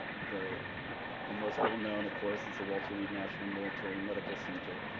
the the most well known, of course, is the walter reed national military medical center,